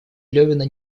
левина